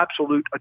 absolute